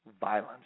violence